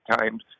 times